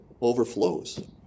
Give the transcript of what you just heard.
overflows